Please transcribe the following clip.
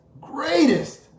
greatest